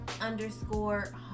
underscore